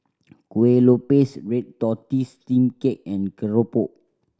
Kueh Lopes red tortoise steamed cake and keropok